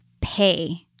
pay